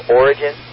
origin